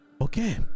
Okay